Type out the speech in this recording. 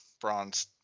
Bronze